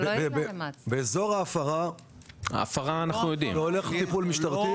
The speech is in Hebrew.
באזור ההפרה זה הולך לטיפול משטרתי.